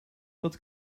dat